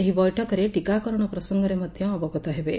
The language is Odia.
ଏହି ବୈଠକରେ ଟୀକାକରଣ ପ୍ରସଙ୍ଗରେ ମଧ୍ଧ ଅବଗତ ହେବେ